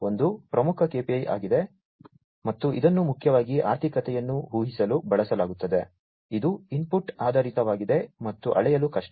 ಒಂದು ಪ್ರಮುಖ KPI ಆಗಿದೆ ಮತ್ತು ಇದನ್ನು ಮುಖ್ಯವಾಗಿ ಆರ್ಥಿಕತೆಯನ್ನು ಊಹಿಸಲು ಬಳಸಲಾಗುತ್ತದೆ ಇದು ಇನ್ಪುಟ್ ಆಧಾರಿತವಾಗಿದೆ ಮತ್ತು ಅಳೆಯಲು ಕಷ್ಟ